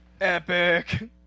epic